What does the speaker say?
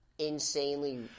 insanely